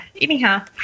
anyhow